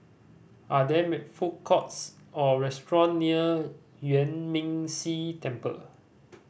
are there food courts or restaurant near Yuan Ming Si Temple